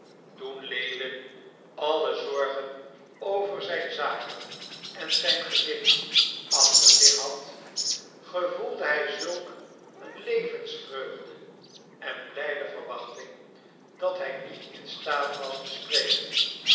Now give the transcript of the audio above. toen lewin alle zorgen over zijn zaken en zijn gezin achter zich had gevoelde hij zulk een levensvreugde en blijde verwachting dat hij niet in staat was te spreken